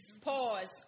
pause